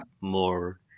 more